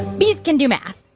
bees can do math?